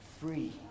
free